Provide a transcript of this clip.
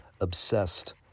obsessed